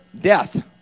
death